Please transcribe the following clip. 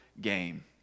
game